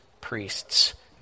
priests